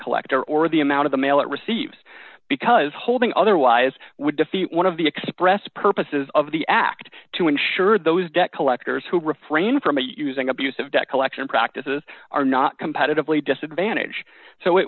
collector or the amount of the mail it receives because holding otherwise would defeat one of the expressed purposes of the act to ensure those debt collectors who refrain from using abusive debt collection practices are not competitively disadvantage so it